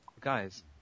Guys